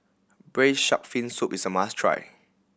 Braised Shark Fin Soup is a must try